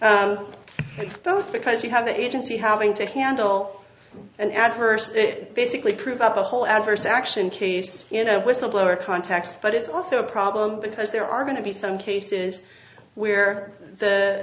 both because you have the agency having to handle an adverse basically prove up the whole adverse action case you know whistleblower contacts but it's also a problem because there are going to be some cases where the